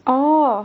orh